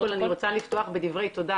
קודם